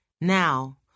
Now